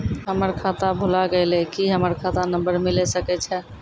हमर खाता भुला गेलै, की हमर खाता नंबर मिले सकय छै?